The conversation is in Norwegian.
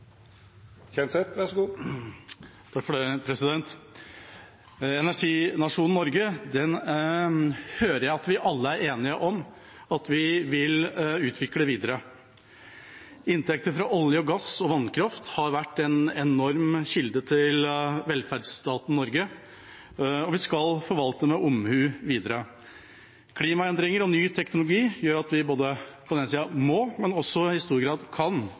enige om at vi vil utvikle videre. Inntekter fra olje, gass og vannkraft har vært en enorm kilde til velferdsstaten Norge, og vi skal forvalte med omhu videre. Klimaendringer og ny teknologi gjør at vi både må og også i stor grad kan